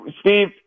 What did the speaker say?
Steve